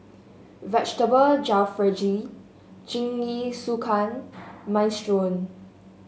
Vegetable Jalfrezi Jingisukan Minestrone